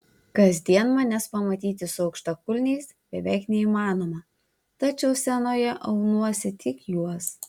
kasdien manęs pamatyti su aukštakulniais beveik neįmanoma tačiau scenoje aunuosi tik juos